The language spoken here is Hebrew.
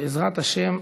בעזרת השם,